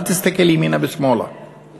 אל תסתכל ימינה ושמאלה